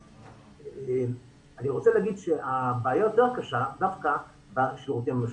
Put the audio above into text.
אני רוצה להגיד שהבעיה היותר קשה היא דווקא בשירותים המשותפים.